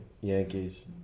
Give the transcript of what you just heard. Yankees